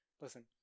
listen